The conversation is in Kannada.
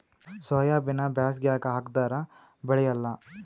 ಸೋಯಾಬಿನ ಬ್ಯಾಸಗ್ಯಾಗ ಹಾಕದರ ಬೆಳಿಯಲ್ಲಾ?